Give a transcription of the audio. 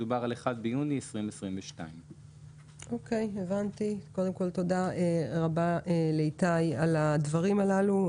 מדובר על 1 ביוני 2022. תודה רבה לאיתי על הדברים הללו.